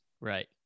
Right